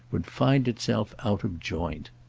would find itself out of joint.